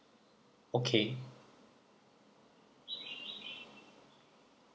okay